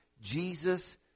Jesus